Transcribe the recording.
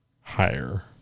higher